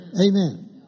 Amen